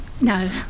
no